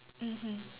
mmhmm